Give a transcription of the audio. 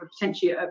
potentially